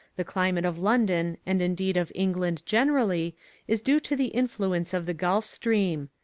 the climate of london and indeed of england generally is due to the influence of the gulf stream.